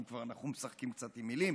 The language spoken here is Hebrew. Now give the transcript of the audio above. אם כבר אנחנו משחקים קצת עם מילים.